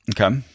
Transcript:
Okay